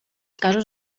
casos